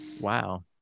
Wow